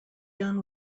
done